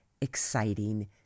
exciting